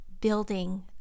building